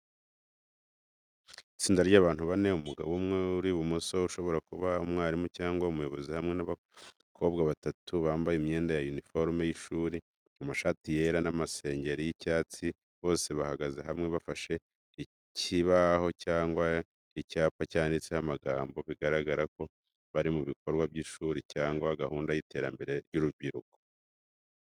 Itsinda ry’abantu bane: umugabo umwe uri ibumoso ushobora kuba umwarimu cyangwa umuyobozi hamwe n'abakobwa batatu bambaye imyenda ya uniforme y’ishuri, amashati yera n'amasengeri y’icyatsi. Bose bahagaze hamwe bafashe ikibaho cyangwa icyapa cyanditseho amagambo bigaragara ko bari mu bikorwa by’ishuri cyangwa gahunda y’iterambere ry’urubyiruko.